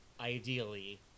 Ideally